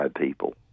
people